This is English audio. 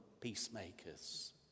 peacemakers